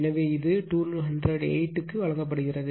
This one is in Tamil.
எனவே இது 208 க்கு வழங்கப்படுகிறது